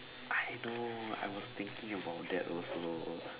I know I was thinking about that also